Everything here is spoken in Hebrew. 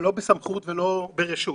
לא בסמכות ולא ברשות